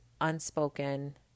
unspoken